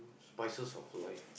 spices of life